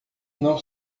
não